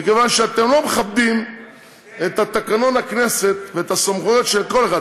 מכיוון שאתם לא מכבדים את תקנון הכנסת ואת הסמכויות שיש לכל אחד,